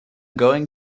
going